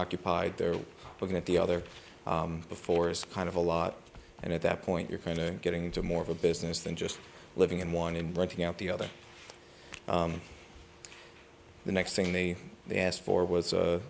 occupied there looking at the other before it's kind of a lot and at that point you're kind of getting into more of a business than just living in one and renting out the other the next thing they they asked for was